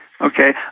okay